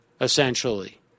essentially